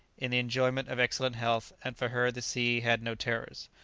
in the enjoyment of excellent health, and for her the sea had no terrors.